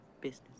business